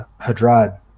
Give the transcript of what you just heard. Hadrad